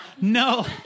no